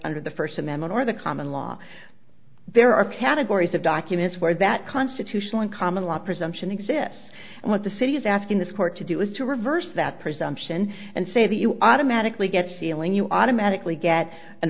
under the first amendment or the common law there are categories of documents where that constitutional and common law presumption exists and what the city is asking this court to do is to reverse that presumption and say that you automatically get feeling you automatically get an